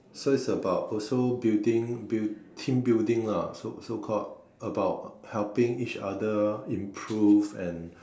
so is about also building build team building lah so so called about helping each other improve and